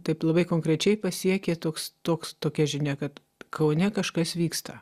taip labai konkrečiai pasiekė toks toks tokia žinia kad kaune kažkas vyksta